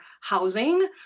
housing